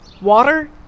Water